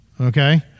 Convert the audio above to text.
okay